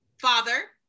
Father